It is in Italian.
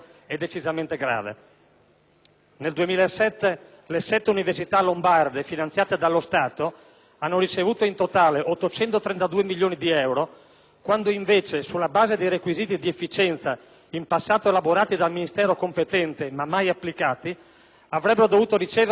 Nel 2007 le sette università lombarde finanziate dallo Stato hanno ricevuto in totale 832 milioni di euro, quando invece, sulla base dei requisiti di efficienza in passato elaborati dal Ministero competente ma mai applicati, avrebbero dovuto riceverne 935.